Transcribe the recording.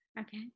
okay